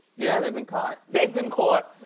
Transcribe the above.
yeah, they've been caught. they've been caught,